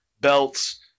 belts